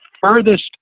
furthest